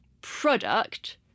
product